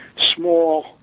small